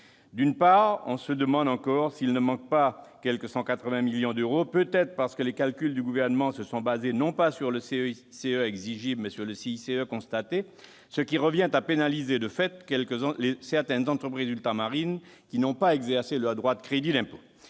D'une part, on se demande encore s'il ne manque pas quelque 180 millions d'euros, peut-être parce que les calculs du Gouvernement se sont fondés non pas sur le CICE exigible, mais sur le CICE constaté, ce qui revient à pénaliser de fait certaines entreprises ultramarines qui n'ont pas exercé leur droit. D'autre part,